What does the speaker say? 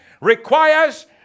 requires